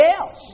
else